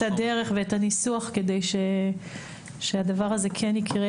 הדרך ואת הניסוח כדי שהדבר הזה כן יקרה